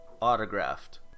autographed